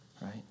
right